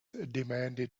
demanded